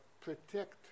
protect